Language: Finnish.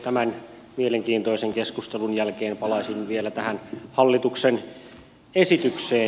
tämän mielenkiintoisen keskustelun jälkeen palaisin vielä tähän hallituksen esitykseen